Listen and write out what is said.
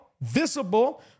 visible